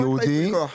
רק לייפוי כוח.